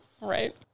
Right